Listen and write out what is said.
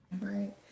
Right